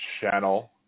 channel